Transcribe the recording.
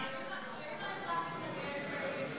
ואם האזרח יתנגד?